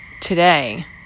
today